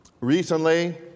Recently